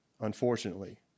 unfortunately